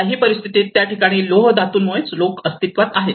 त्याही परिस्थितीत त्या ठिकाणी लोह धातूमुळे लोक अस्तित्वात आहेत